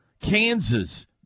Kansas